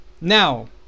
Now